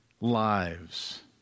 lives